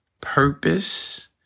purpose